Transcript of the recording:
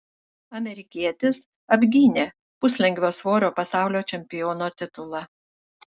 amerikietis apgynė puslengvio svorio pasaulio čempiono titulą